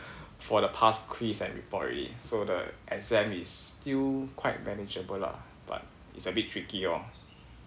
for the past quiz and report already so the exam is still quite manageable lah but it's a bit tricky orh